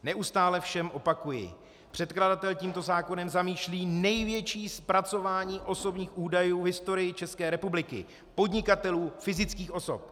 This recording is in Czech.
Neustále všem opakuji: Předkladatel tímto zamýšlí největší zpracování osobních údajů v historii České republiky podnikatelů, fyzických osob.